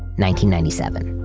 ninety ninety seven.